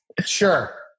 Sure